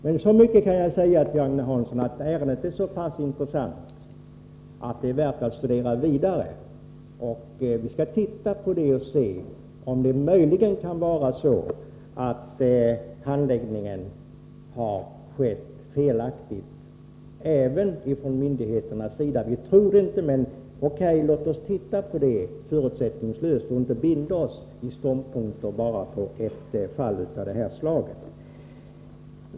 Men jag kan i alla fall säga till Agne Hansson att ärendet är så pass intressant att det är värt att studera det vidare. Vi skall titta på saken och se om handläggningen möjligen kan ha skett på ett felaktigt sätt även från myndigheternas sida. Vi tror det inte, men låt oss titta på ärendet förutsättningslöst, och inte binda oss vid ståndpunkter bara för att det förekommit ett fall av det här slaget.